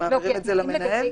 תקנו אותי אם אני טועה.